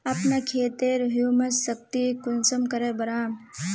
अपना खेतेर ह्यूमस शक्ति कुंसम करे बढ़ाम?